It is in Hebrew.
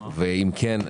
התשפ"ב-2022".